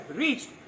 reached